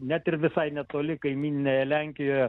net ir visai netoli kaimyninėje lenkijoje